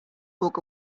book